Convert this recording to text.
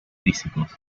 físicos